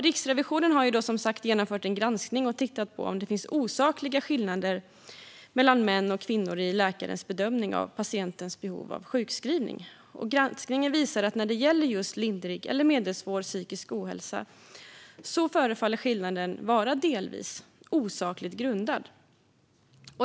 Riksrevisionen har som sagt genomfört en granskning och tittat på om det finns osakliga skillnader mellan män och kvinnor i läkarens bedömning av patientens behov av sjukskrivning. Granskningen visar att skillnaderna förefaller vara delvis osakligt grundade när det gäller just lindrig eller medelsvår psykisk ohälsa.